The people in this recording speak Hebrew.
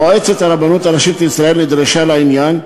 מועצת הרבנות הראשית לישראל נדרשה לעניין,